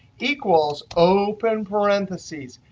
equals open parentheses,